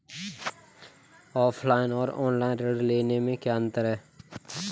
Offline और online ऋण लेने में क्या अंतर है?